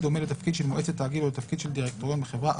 דומה לתפקיד של מועצת תאגיד או לתפקיד של דירקטוריון בחברה,